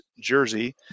jersey